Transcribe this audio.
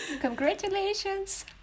Congratulations